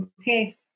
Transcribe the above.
Okay